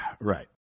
right